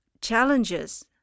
challenges